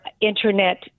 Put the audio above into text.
Internet